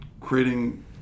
creating